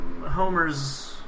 Homer's